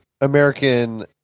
American